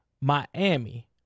Miami